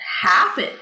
happen